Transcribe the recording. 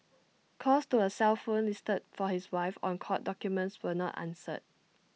calls to A cell phone listed for his wife on court documents were not answered